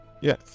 yes